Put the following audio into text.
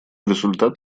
результат